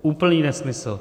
Úplný nesmysl.